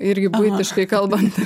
irgi buitiškai kalbant